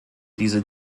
diese